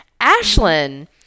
Ashlyn